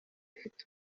mfite